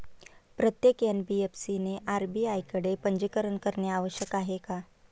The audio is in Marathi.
प्रत्येक एन.बी.एफ.सी ने आर.बी.आय कडे पंजीकरण करणे आवश्यक आहे का?